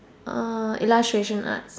uh illustration art